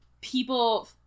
people